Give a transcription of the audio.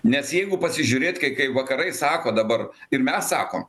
nes jeigu pasižiūrėt kai kai vakarai sako dabar ir mes sakom